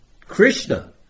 Krishna